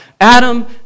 Adam